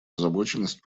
озабоченность